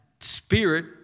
spirit